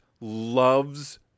loves